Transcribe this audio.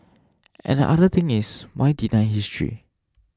and other thing is why deny history